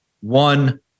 one